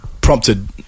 prompted